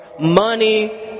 money